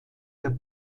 der